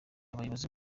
abayobozi